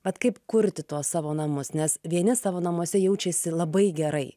bet kaip kurti tuos savo namus nes vieni savo namuose jaučiasi labai gerai